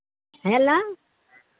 hello